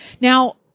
Now